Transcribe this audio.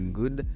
good